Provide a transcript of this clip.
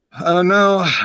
No